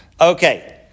Okay